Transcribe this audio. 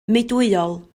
meudwyol